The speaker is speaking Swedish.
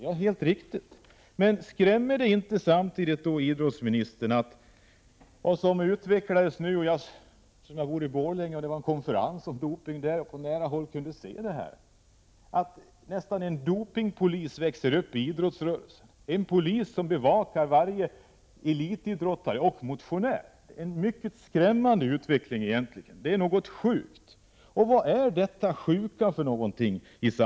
Om dop grå och Kom Men skrämmer det inte samtidigt idrottsministern att det nästan är så att en messtalisering NO dopingpolis växer fram i idrottsrörelsen, en polis som bevakar varje idrotten elitidrottare och motionär? Jag bor i Borlänge, och eftersom det var en konferens om doping där kunde jag få information på nära håll. Det är alltså en mycket skrämmande utveckling — det är något sjukt. Och vad är detta sjuka?